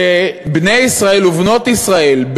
שבני ישראל ובנות ישראל,